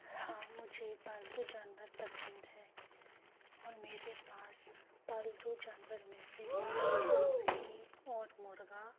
हाँ मुझे पालतू जानवर पसंद है और मेरे पास पालतू जानवर में से मुर्ग़ी और मुर्ग़ा